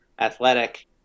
athletic